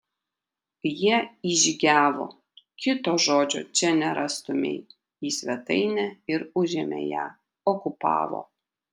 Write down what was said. jie įžygiavo kito žodžio čia nerastumei į svetainę ir užėmė ją okupavo